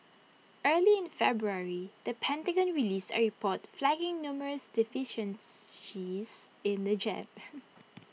early in February the Pentagon released A report flagging numerous deficiencies in the jet